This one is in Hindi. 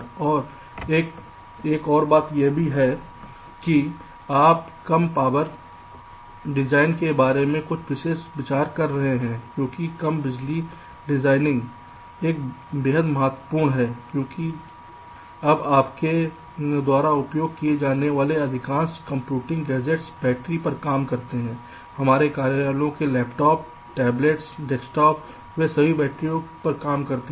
और एक और बात यह भी है कि आप कम पावर डिज़ाइन के बारे में कुछ विशेष विचार कर रहे हैं क्योंकि कम बिजली डिजाइनिंग अब बेहद महत्वपूर्ण है क्योंकि अब आपके द्वारा उपयोग किए जाने वाले अधिकांश कंप्यूटिंग गैजेट बैटरी पर काम करते हैं हमारे कार्यालयों लैपटॉप मोबाइल टैबलेट्स पर डेस्कटॉप वे सभी बैटरी पर काम करते हैं